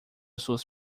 suas